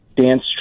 dance